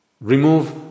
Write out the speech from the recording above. remove